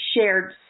shared